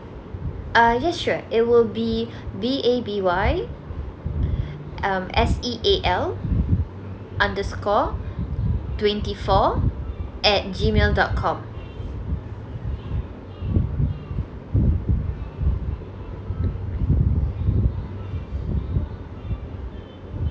uh yes sure it will be B A B Y um S E A L underscore twenty four at G mail dot com